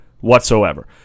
whatsoever